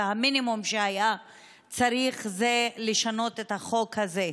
והמינימום שהיה צריך זה לשנות את החוק הזה.